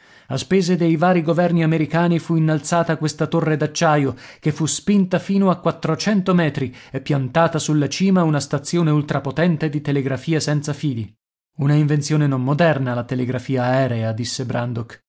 a spese dei vari governi americani fu innalzata questa torre d'acciaio che fu spinta fino a quattrocento metri e piantata sulla cima una stazione ultrapotente di telegrafia senza fili una invenzione non moderna la telegrafia aerea disse brandok